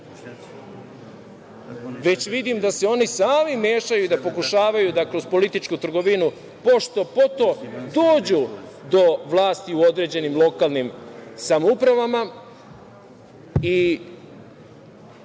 već vidim da se oni sami mešaju i da pokušavaju da kroz političku trgovinu pošto-poto dođu do vlasti u određenim lokalnim samoupravama. Još